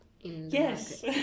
Yes